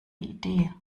idee